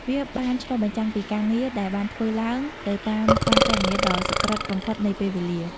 វាបានឆ្លុះបញ្ចាំងពីការងារដែលបានធ្វើឡើងទៅតាមការគណនាដ៏សុក្រិតបំផុតនៃពេលវេលា។